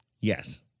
Yes